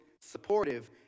supportive